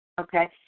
okay